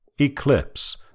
Eclipse